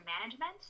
management